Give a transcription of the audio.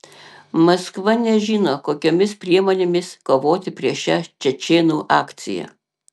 maskva nežino kokiomis priemonėmis kovoti prieš šią čečėnų akciją